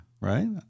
right